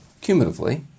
cumulatively